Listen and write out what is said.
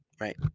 right